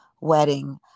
wedding